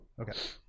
Okay